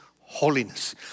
holiness